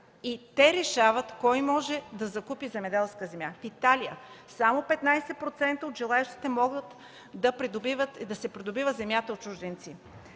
и те решават кой може да закупи земеделска земя. - В Италия само 15% от земята може да се придобива от чужденци.